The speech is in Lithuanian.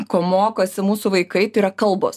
ko mokosi mūsų vaikai tai yra kalbos